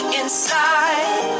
inside